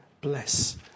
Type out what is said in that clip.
bless